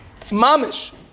Mamish